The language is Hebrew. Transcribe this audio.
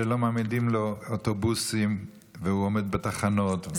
שלא מעמידים לו אוטובוסים והוא עומד בתחנות,